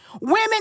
women